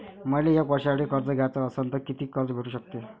मले एक वर्षासाठी कर्ज घ्याचं असनं त कितीक कर्ज भेटू शकते?